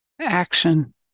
action